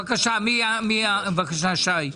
בבקשה, ישי.